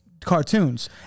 cartoons